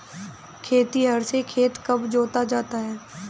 खेतिहर से खेत कब जोता जाता है?